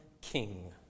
king